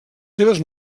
seves